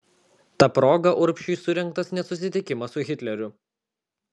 ta proga urbšiui surengtas net susitikimas su hitleriu